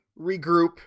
regroup